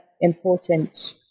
important